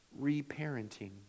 Reparenting